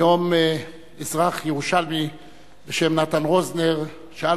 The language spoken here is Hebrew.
היום אזרח ירושלמי בשם נתן רוזנר שאל